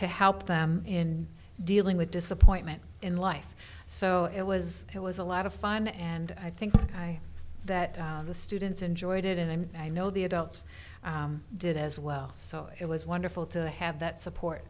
to help them in dealing with disappointment in life so it was it was a lot of fun and i think i that the students enjoyed it and i know the adults did as well so it was wonderful to have that support